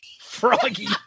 Froggy